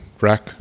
rack